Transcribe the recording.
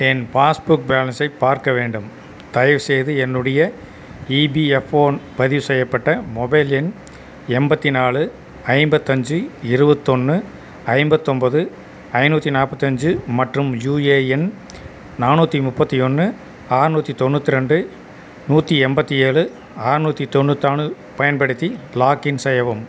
என் passbook பேலன்ஸை பார்க்க வேண்டும் தயவுசெய்து என்னுடைய இபிஎஃப்ஓ பதிவு செய்யப்பட்ட மொபைல் எண் எண்பத்தி நாலு ஐம்பத்தஞ்சு இருவத்தொன்று ஐம்பத்தொம்பது ஐந்நூற்றி நாற்பத்தஞ்சி மற்றும் யுஏஎன் நானூற்றி முப்பத்து ஒன்று அறுநூற்றி தொண்ணூற்றி ரெண்டு நூற்றி எண்பத்தி ஏழு அறுநூற்றி தொண்ணூற்றி நாலு பயன்படுத்தி லாக்இன் செய்யவும்